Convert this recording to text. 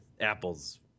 apple's